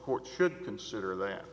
court should consider that